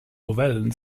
novellen